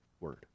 word